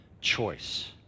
choice